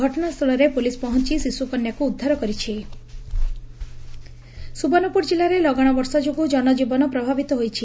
ଘଟଣାସ୍ଥିଳରେ police ପହଞ୍ ଶିଶୁକନ୍ୟାକୁ ଉଦ୍ଧାର କରିଛି ଲଗାଣ ବର୍ଷା ସୁବର୍ଷପୁର କିଲ୍ଲାରେ ଲଗାଶ ବର୍ଷା ଯୋଗୁଁ କନଜୀବନ ପ୍ରଭାବିତ ହୋଇଛି